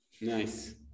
Nice